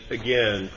again